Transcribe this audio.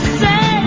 say